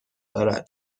دارد